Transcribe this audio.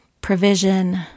provision